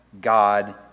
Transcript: God